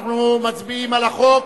אנחנו מצביעים על החוק,